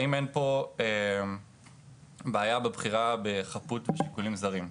האם אין פה בעיה בבחירה בחפות שיקולים זרים.